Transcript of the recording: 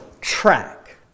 track